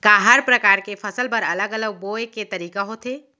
का हर प्रकार के फसल बर अलग अलग बोये के तरीका होथे?